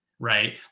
right